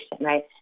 right